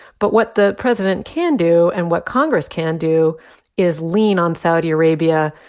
but what the president can do and what congress can do is lean on saudi arabia.